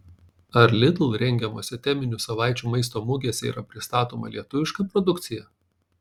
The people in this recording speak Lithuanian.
ar lidl rengiamose teminių savaičių maisto mugėse yra pristatoma lietuviška produkcija